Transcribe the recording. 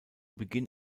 beginn